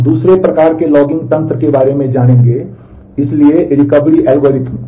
हम दूसरे प्रकार के लॉगिंग तंत्र के बारे में जानेंगे इसलिए रिकवरी एल्गोरिथ्म